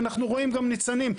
ואנחנו רואים גם ניצנים.